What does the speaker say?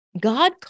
God